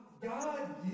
God